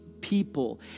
people